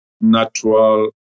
natural